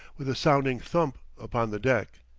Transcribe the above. with a sounding thump upon the deck.